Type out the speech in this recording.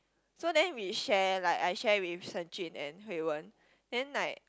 so then we share like I share with Shen-Jun and Hui-Wen then like